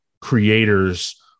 creators